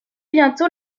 bientôt